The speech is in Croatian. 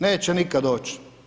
Neće nikad doći.